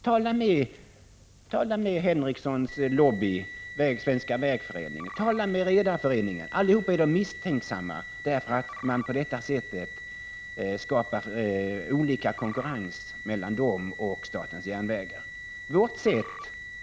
Tala med personer i Sven Henricssons lobby, Svenska vägföreningen, tala med företrädare för Redareföreningen — allihop är de misstänksamma mot att man på detta sätt skapar olika konkurrensförhållanden mellan statens järnvägar och de transportföretag som de företräder.